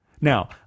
Now